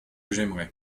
j’aimerais